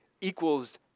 equals